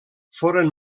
foren